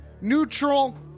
Neutral